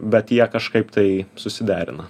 bet jie kažkaip tai susiderina